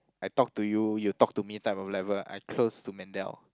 I talk to you you talk to me type of level I close to Mendel